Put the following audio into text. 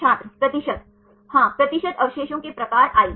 छात्र प्रतिशत हां प्रतिशत अवशेषों के प्रकार i